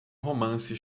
romance